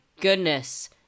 goodness